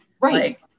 Right